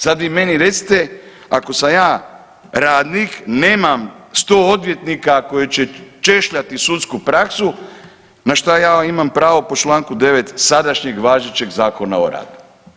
Sad vi meni recite, ako sam ja radnik, nemam 100 odvjetnika koji će češljati sudsku praksu, na šta ja imam pravo po čl. 9 sadašnjeg važećeg Zakona o radu.